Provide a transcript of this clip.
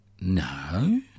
No